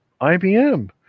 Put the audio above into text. IBM